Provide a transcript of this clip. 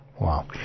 Wow